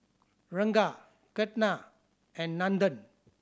Ranga Ketna and Nandan